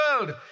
world